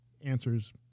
answers